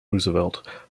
roosevelt